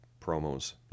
promos